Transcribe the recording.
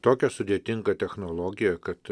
tokia sudėtinga technologija kad